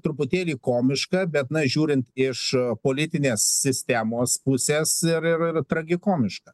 truputėlį komiška bet na žiūrint iš politinės sistemos puses ir ir ir tragikomiška